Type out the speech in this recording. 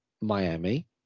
Miami